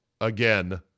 again